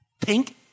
pink